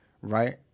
Right